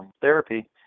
therapy